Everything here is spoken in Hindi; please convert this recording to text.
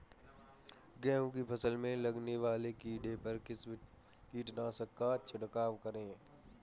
गेहूँ की फसल में लगने वाले कीड़े पर किस कीटनाशक का छिड़काव करें?